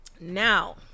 now